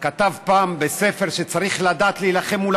כתב פעם בספר שצריך לדעת להילחם מול